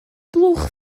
blwch